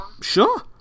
sure